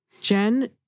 Jen